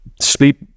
sleep